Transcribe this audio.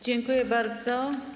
Dziękuję bardzo.